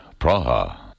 Praha